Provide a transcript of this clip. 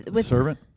Servant